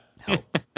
help